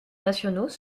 nationaux